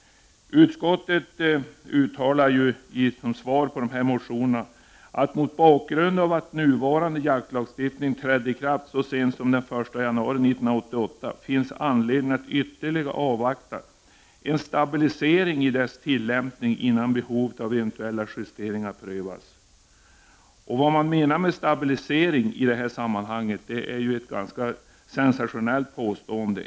”Mot bakgrund av att nuvarande jaktlagstiftning trädde i kraft så sent som den 1 januari 1988 finns anledning att ytterligare avvakta en stabilisering i dess tillämpning innan behovet av eventuella justeringar prövas.” Att man talar om en ”stabilisering” är ganska sensationellt.